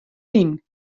wyn